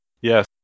Yes